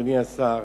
אדוני השר,